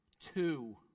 Two